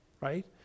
Right